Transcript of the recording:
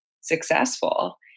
successful